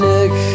Nick